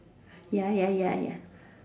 ya ya ya ya